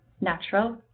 natural